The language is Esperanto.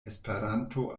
esperanto